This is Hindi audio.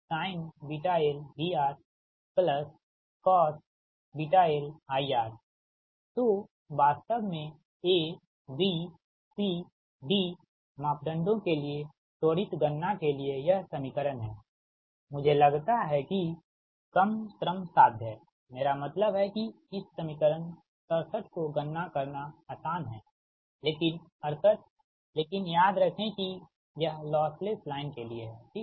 तोइसलिए तो वास्तव में A B C D मापदंडों के लिए त्वरित गणना के लिए यह समीकरण हैमुझे लगता है कि कम श्रमसाध्य हैं मेरा मतलब है कि इस समीकरण 67 को गणना करना आसान है लेकिन 68 लेकिन याद रखें कि यह लॉस लेस लाइन के लिए हैठीक